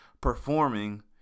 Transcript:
performing